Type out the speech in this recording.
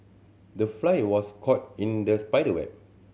the fly was caught in the spider web